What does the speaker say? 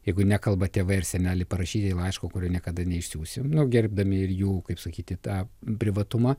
jeigu nekalba tėvai ar seneliai parašyti laišką kurio niekada neišsiųsim nu gerbiami ir jų kaip sakyti tą privatumą